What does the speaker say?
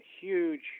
huge